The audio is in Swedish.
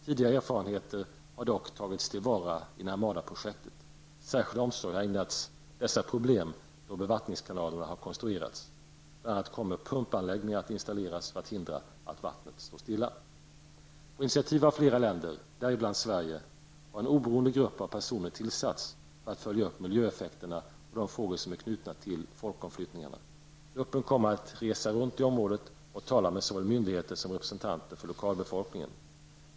Tidigare erfarenheter har dock tagits till vara i Narmadaprojektet. Särskild omsorg har ägnats åt dessa problem då bevattningskanalerna har konstruerats. Bl.a. kommer pumpanläggningar att installeras för att hindra att vattnet står stilla. På initiativ av flera länder, däribland Sverige, har en oberoende grupp av personer tillsatts för att följa upp miljöeffekterna och de frågor som är knutna till folkomflyttningarna. Gruppen kommer att resa runt i området och tala med såväl myndigheter som representanter för lokalbefolkningen.